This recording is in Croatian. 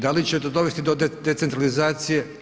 Da li će dovesti do decentralizacije?